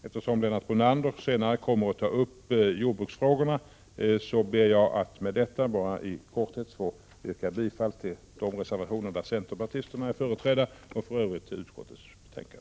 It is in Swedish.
Eftersom Lennart Brunander senare kommer att ta upp jordbruksfrågorna ber jag att med detta få yrka bifall till de reservationer där centerpartister är företrädda och för övrigt till utskottets hemställan.